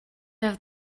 have